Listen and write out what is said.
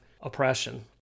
oppression